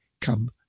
Come